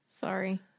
Sorry